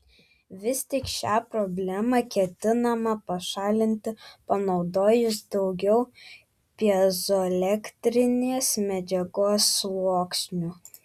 vis tik šią problemą ketinama pašalinti panaudojus daugiau pjezoelektrinės medžiagos sluoksnių